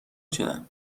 شدم